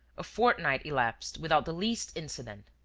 a fortnight elapsed without the least incident.